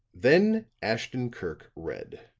then ashton-kirk read